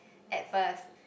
at first